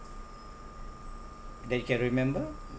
that you can remember